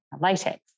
latex